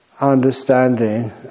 Understanding